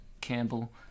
Campbell